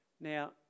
now